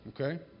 Okay